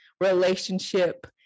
relationship